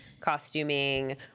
costuming